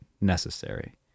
necessary